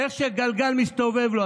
איך שגלגל מסתובב לו.